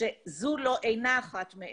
שזו אינה אחת מהן.